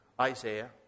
Isaiah